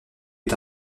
est